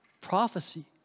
prophecy